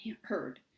heard